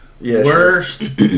Worst